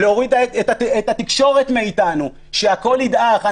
להוריד את התקשורת מאתנו, שהכול ידעך.